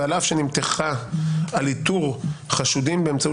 ועל אף שנמתחה על איתור חשודים באמצעות